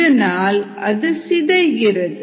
இதனால் அது சிதைகிறது